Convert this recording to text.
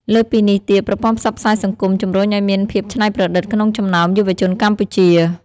លើសពីនេះទៀត ប្រព័ន្ធផ្សព្វផ្សាយសង្គមជំរុញឲ្យមានភាពច្នៃប្រឌិតក្នុងចំណោមយុវជនកម្ពុជា។